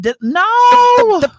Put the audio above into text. No